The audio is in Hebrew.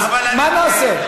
אז מה נעשה?